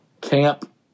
camp